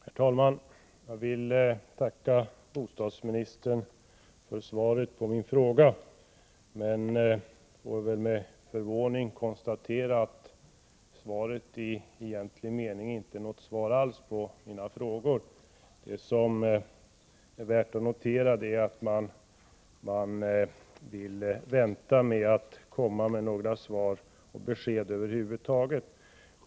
Herr talman! Jag vill tacka bostadsministern för svaret på min fråga, men får väl med förvåning konstatera att svaret i egentlig mening inte är något svar alls på mina frågor. Det som är värt att notera är att man vill vänta med att komma med några besked över huvud taget.